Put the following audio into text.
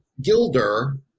Gilder